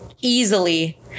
easily